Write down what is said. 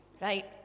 right